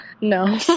no